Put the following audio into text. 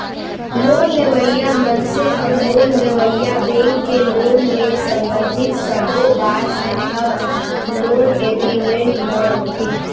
loan लेवइया मनसे अउ लोन देवइया बेंक के लोन ले संबंधित सब्बो बात ह लोन एगरिमेंट म होथे